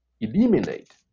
eliminate